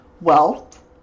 Wealth